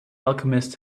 alchemist